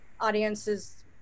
audiences